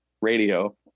radio